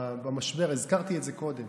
במשבר, הזכרתי את זה קודם,